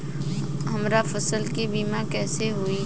हमरा फसल के बीमा कैसे होई?